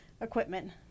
equipment